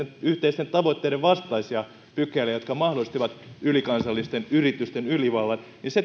yhteisten tavoitteiden vastaisia pykäliä jotka mahdollistavat ylikansallisten yritysten ylivallan